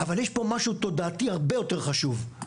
אבל יש פה משהו תודעתי הרבה יותר חשוב,